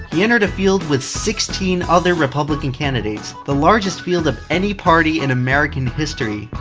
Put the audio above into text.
he entered a field with sixteen other republican candidates, the largest field of any party in american history.